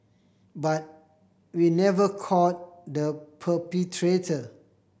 but we never caught the perpetrator